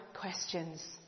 questions